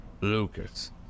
Lucas